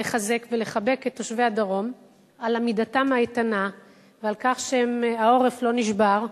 לחזק ולחבק את תושבי הדרום על עמידתם האיתנה ועל כך שהעורף לא נשבר,